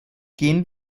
gehen